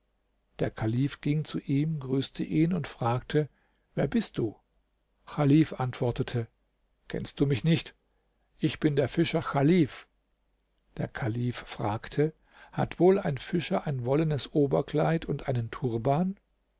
der kalif ging zu ihm grüßte ihn und fragte wer bist du chalif antwortete kennst du mich nicht ich bin der fischer chalif der kalif fragte hat wohl ein fischer ein wollenes oberkleid und einen turban